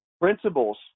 principles